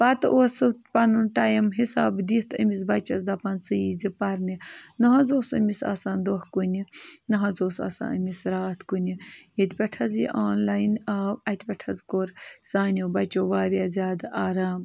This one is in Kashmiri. پَتہٕ اوس سُہ پَنُن ٹایِم حِسابہٕ دِتھ أمِس بَچَس دَپان ژٕ یی زِ پَرنہِ نہٕ حظ اوس أمِس آسان دۄہ کُنہِ نہٕ حظ اوس آسان أمِس راتھ کُنہِ ییٚتہِ پٮ۪ٹھ حظ یہِ آنلایِن آو اَتہِ پٮ۪ٹھ حظ کوٚر سانیو بَچو واریاہ زیادٕ آرام